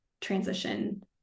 transition